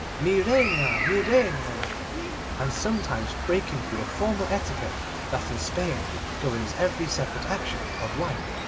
mi reina! mi reina and sometimes breaking through the formal etiquette that in spain governs every separate action of life,